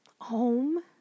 home